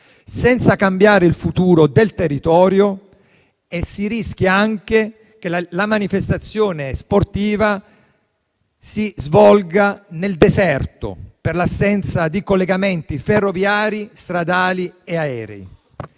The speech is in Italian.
senza cambiare il futuro del territorio. E si rischia anche che la manifestazione sportiva si svolga nel deserto, per l'assenza di collegamenti ferroviari, stradali e aerei.